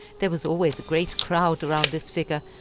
there was always a great crowd around this figure,